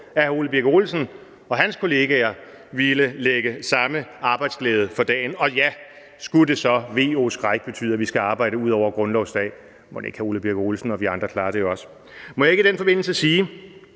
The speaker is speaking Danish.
hr. Ole Birk Olesen og hans kollegaer ville lægge samme arbejdsglæde for dagen. Og ja, skulle det så – o ve, o skræk – betyde, at vi skal arbejde ud over grundlovsdag, klarer hr. Ole Birk Olesen og vi andre nok også det – mon ikke. Må jeg ikke i den forbindelse sige,